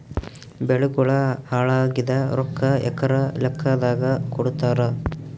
ಬೆಳಿಗೋಳ ಹಾಳಾಗಿದ ರೊಕ್ಕಾ ಎಕರ ಲೆಕ್ಕಾದಾಗ ಕೊಡುತ್ತಾರ?